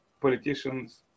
politicians